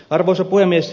arvoisa puhemies